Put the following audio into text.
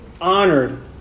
honored